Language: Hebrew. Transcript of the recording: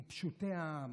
עם פשוטי העם.